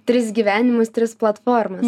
tris gyvenimus tris platformas